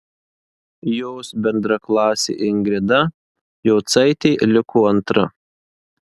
jos bendraklasė ingrida jocaitė liko antra